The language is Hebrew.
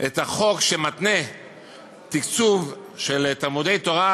החוק שמתנה תקצוב של תלמודי תורה,